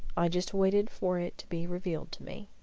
i just waited for it to be revealed to me,